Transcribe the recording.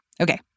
Okay